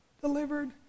delivered